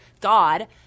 God